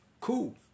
cool